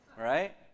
Right